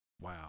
wow